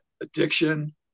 addiction